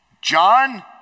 John